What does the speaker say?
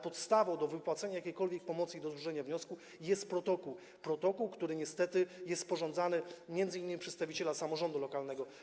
Podstawą do wypłacenia jakiejkolwiek pomocy i do złożenia wniosku jest protokół, który niestety jest sporządzany m.in. przez przedstawiciela samorządu lokalnego.